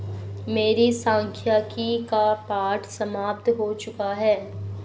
मेरे सांख्यिकी का पाठ समाप्त हो चुका है